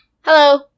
Hello